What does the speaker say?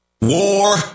War